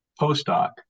postdoc